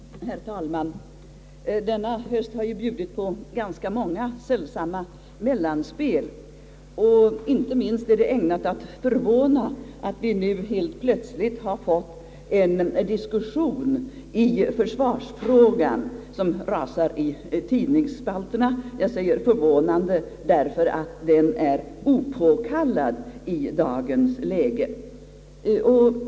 Herr talman! Denna höst har bjudit på ganska många sällsamma mellanspel. Inte minst är det ägnat att förvåna att vi nu helt plötsligt har fått en diskussion i försvarsfrågan som rasar i tidningsspalterna. Jag säger att det är förvånande, eftersom den är opåkallad i dagens läge.